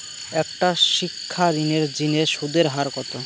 একটা শিক্ষা ঋণের জিনে সুদের হার কত?